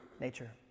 nature